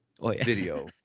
video